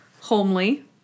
homely